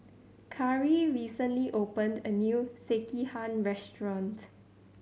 Karri recently opened a new Sekihan restaurant